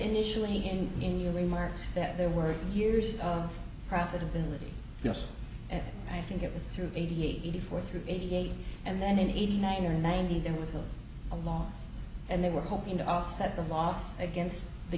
initially and in your remarks that there were years of profitability yes i think it was through eighty eight eighty four through eighty eight and then in eighty nine or ninety there was still a law and they were hoping to offset the loss against the